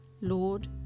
Lord